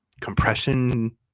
compression